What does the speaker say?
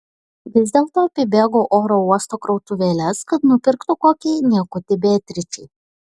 vis dėlto apibėgo oro uosto krautuvėles kad nupirktų kokį niekutį beatričei